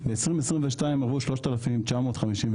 ב-2022 עבדו 3,953,